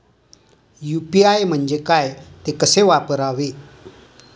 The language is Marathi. यु.पी.आय म्हणजे काय, ते कसे वापरायचे?